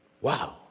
Wow